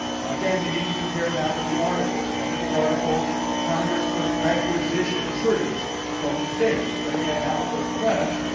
now, again, you need to compare that with the articles. under the articles congress could requisition troops from the states. but, again, that was a request.